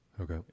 Okay